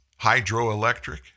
hydroelectric